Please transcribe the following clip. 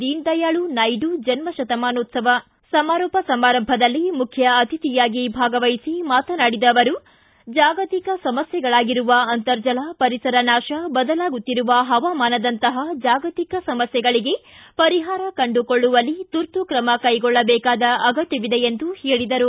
ದೀನದಯಾಳು ನಾಯ್ಡು ಜನ್ಮ ಶತಮಾನೋತ್ಸವ ಸಮಾರೋಪ ಸಮಾರಂಭದಲ್ಲಿ ಮುಖ್ಯ ಅತಿಥಿಯಾಗಿ ಭಾಗವಹಿಸಿ ಮಾತನಾಡಿದ ಅವರು ಜಾಗತಿಕ ಸಮಸ್ಥೆಗಳಾಗಿರುವ ಅಂತರ್ಜಲ ಪರಿಸರ ನಾಶ ಬದಲಾಗುತ್ತಿರುವ ಹವಾಮಾನದಂತಹ ಜಾಗತಿಕ ಸಮಸ್ಯೆಗಳಿಗೆ ಪರಿಹಾರ ಕಂಡುಕೊಳ್ಳುವಲ್ಲಿ ತುರ್ತು ಕ್ರಮ ಕೈಗೊಳ್ಳಬೇಕಾದ ಅಗತ್ಯವಿದೆ ಎಂದರು